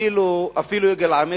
אפילו יגאל עמיר,